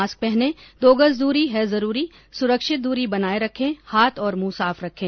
mask पहनें दो गज दूरी है जरूरी सुरक्षित दूरी बनाये रखें हाथ और मुंह साफ रखें